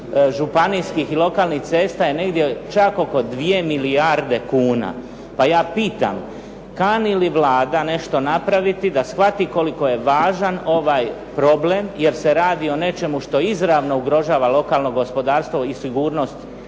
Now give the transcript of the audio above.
županijskih i lokalnih cesta je negdje čak oko 2 milijarde kuna. Pa ja pitam kani i Vlada nešto napraviti da shvati koliko je važan ovaj problem jer se radi o nečemu što izravno ugrožava lokalno gospodarstvo i sigurnost